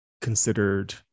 considered